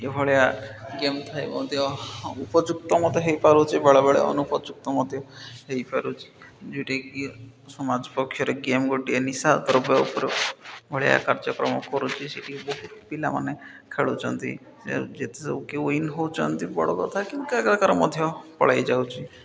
ଏଭଳିଆ ଗେମ୍ ଥାଇ ମଧ୍ୟ ଉପଯୁକ୍ତ ମଧ୍ୟ ହେଇପାରୁଛି ବେଳେବେଳେ ଅନୁପଯୁକ୍ତ ମଧ୍ୟ ହେଇପାରୁଛି ଯୋଉଟାକି ସମାଜ ପକ୍ଷରେ ଗେମ୍ ଗୋଟିଏ ନିଶା ଦ୍ରବ୍ୟ ଉପରେ ଭଳିଆ କାର୍ଯ୍ୟକ୍ରମ କରୁଛି ସେଠିକି ବହୁତ ପିଲାମାନେ ଖେଳୁଛନ୍ତି ଯେତେ ସବୁ କି ୱିନ୍ ହଉଚନ୍ତି ବଡ଼ କଥା ମଧ୍ୟ ପଳେଇ ଯାଉଛି